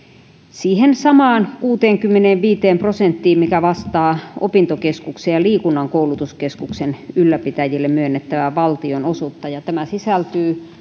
siihen samaan kuuteenkymmeneenviiteen prosenttiin joka vastaa opintokeskusten ja liikunnan koulutuskeskusten ylläpitäjille myönnettävää valtionosuutta ja tämä sisältyy